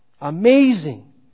amazing